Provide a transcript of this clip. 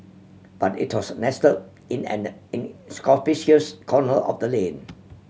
but it was nestle in an corner of the lane